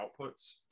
outputs